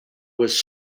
was